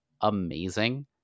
amazing